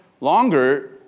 longer